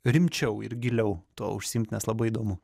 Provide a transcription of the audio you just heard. rimčiau ir giliau tuo užsiimt nes labai įdomu